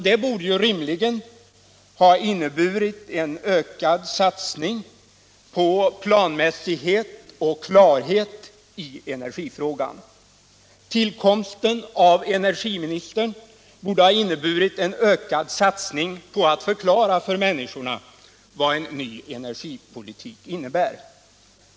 Det borde rimligen ha inneburit en ökad satsning på planmässighet och klarhet i energifrågan. Tillkomsten av energiministerposten borde ha inneburit en ökad satsning på att förklara för människorna vad en ny energipolitik innebär.